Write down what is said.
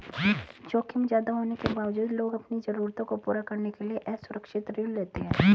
जोखिम ज्यादा होने के बावजूद लोग अपनी जरूरतों को पूरा करने के लिए असुरक्षित ऋण लेते हैं